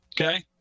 okay